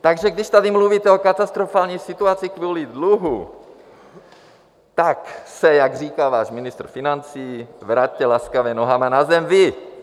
Takže když tady mluvíte o katastrofální situaci kvůli dluhu, tak se, jak říká váš ministr financí, vraťte laskavě nohama na zem vy!